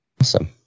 Awesome